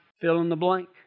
fill-in-the-blank